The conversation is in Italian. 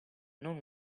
non